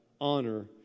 Honor